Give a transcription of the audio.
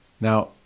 Now